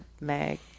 mag